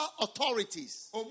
authorities